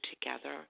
together